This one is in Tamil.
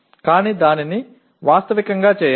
ஆனால் அதை யதார்த்தமாக்குங்கள்